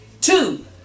Two